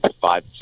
five